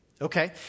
Okay